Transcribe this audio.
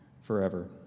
forever